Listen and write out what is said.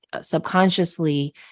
subconsciously